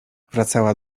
wracała